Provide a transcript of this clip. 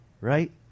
Right